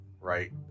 right